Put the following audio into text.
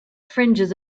fringes